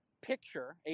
picture